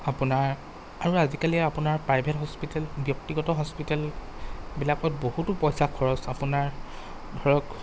আপোনাৰ আৰু আজিকালি আপোনাৰ প্ৰাইভেট হস্পিটেল ব্যক্তিগত হস্পিটেলবিলাকত বহুতো পইচা খৰচ আপোনাৰ ধৰক